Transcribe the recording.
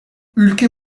ülke